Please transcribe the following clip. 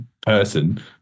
person